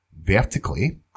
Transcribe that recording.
vertically